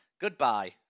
Goodbye